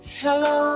hello